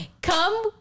Come